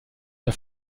der